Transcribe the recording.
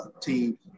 team